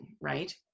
right